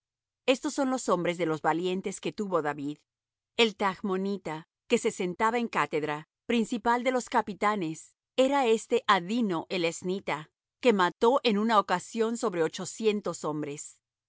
estos son los nombres de los valientes que tuvo david el tachmonita que se sentaba en cátedra principal de los capitanes era éste adino el eznita que mató en una ocasión sobre ochocientos hombres